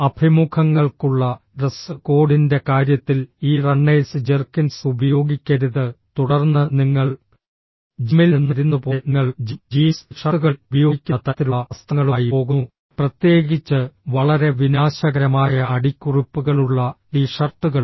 അഭിമുഖങ്ങൾക്കുള്ള dress കോഡിന്റെ കാര്യത്തിൽ ഈ റണ്ണേഴ്സ് ജെർക്കിൻസ് ഉപയോഗിക്കരുത് തുടർന്ന് നിങ്ങൾ ജിമ്മിൽ നിന്ന് വരുന്നതുപോലെ നിങ്ങൾ ജിം ജീൻസ് ടി ഷർട്ടുകളിൽ ഉപയോഗിക്കുന്ന തരത്തിലുള്ള വസ്ത്രങ്ങളുമായി പോകുന്നു പ്രത്യേകിച്ച് വളരെ വിനാശകരമായ അടിക്കുറിപ്പുകളുള്ള ടി ഷർട്ടുകൾ